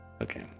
Okay